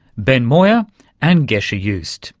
ben moir and gesche joost